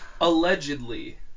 Allegedly